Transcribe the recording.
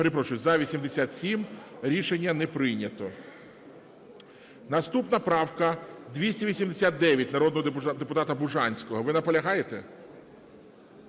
Перепрошую, за – 87. Рішення не прийнято. Наступна правка 289, народного депутата Бужанського. Ви наполягаєте?